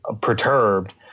perturbed